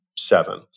seven